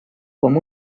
com